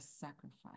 sacrifice